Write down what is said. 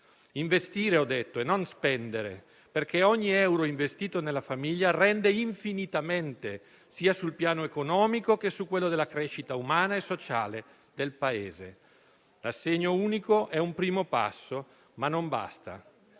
"investire" e non "spendere", perché ogni euro investito nella famiglia rende infinitamente, sia sul piano economico che su quello della crescita umana e sociale del Paese. L'assegno unico è un primo passo, ma non basta.